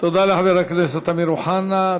תודה לחבר הכנסת אמיר אוחנה.